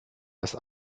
erst